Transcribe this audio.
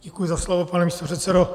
Děkuji za slovo, pane místopředsedo.